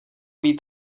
být